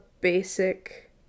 basic